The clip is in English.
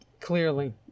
Clearly